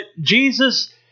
Jesus